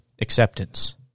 acceptance